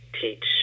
teach